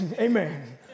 Amen